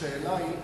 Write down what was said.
השאלה היא,